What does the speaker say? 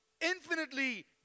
infinitely